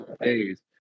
days